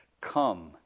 Come